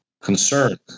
concern